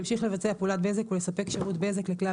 ימשיך לבצע פעולת בזק ולספק שירות בזק לכלל